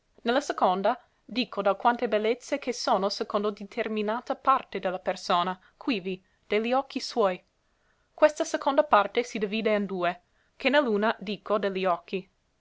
la seconda dico d'alquante bellezze che sono secondo diterminata parte de la persona quivi de li occhi suoi questa seconda parte si divide in due che ne l'una dico deli occhi